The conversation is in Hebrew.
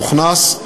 הוכנס,